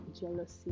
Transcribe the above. jealousy